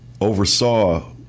oversaw